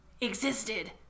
existed